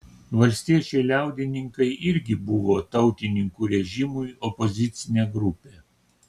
valstiečiai liaudininkai irgi buvo tautininkų režimui opozicinė grupė